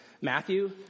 Matthew